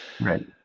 right